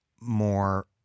more